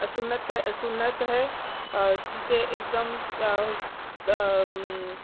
سُنت سُنت ہے جسے ایک دم